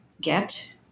get